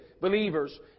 believers